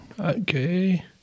okay